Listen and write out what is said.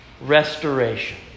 restoration